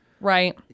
Right